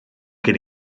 gen